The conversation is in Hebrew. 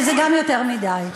וזה גם יותר מדי.